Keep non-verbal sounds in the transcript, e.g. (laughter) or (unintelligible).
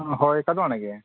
ᱦᱳᱭ (unintelligible) ᱜᱮ